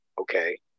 okay